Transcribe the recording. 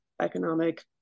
economic